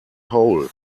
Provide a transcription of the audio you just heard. whole